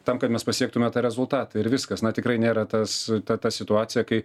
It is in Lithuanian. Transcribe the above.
tam kad mes pasiektume tą rezultatą ir viskas na tikrai nėra tas ta situacija kai